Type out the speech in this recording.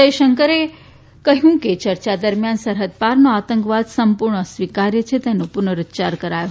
જયશંકરે કહ્યું કે ચર્ચા દરમ્યાન સરહદપારનો આતંકવાદ સંપૂર્ણ અસ્વીકાર્ય છે તેનો પુનરોચ્યાર કરાયો